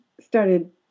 started